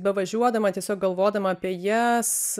bevažiuodama tiesiog galvodama apie jas